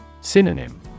Synonym